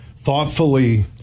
thoughtfully